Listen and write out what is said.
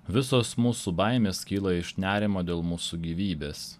visos mūsų baimės kyla iš nerimo dėl mūsų gyvybės